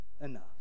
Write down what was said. enough